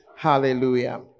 Hallelujah